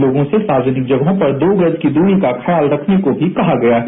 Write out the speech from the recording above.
लोगों से सार्वजनिक जगहों पर दो गज की दूरी का ख्याल रखने को भी कहा गया है